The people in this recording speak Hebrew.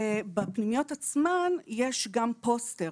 בפניות עצמן יש גם פוסטר